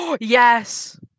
Yes